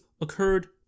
occurred